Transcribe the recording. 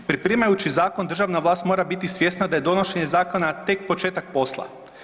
Pripremajući zakon državna vlas mora biti svjesna da je donošenje zakona tek početak posla.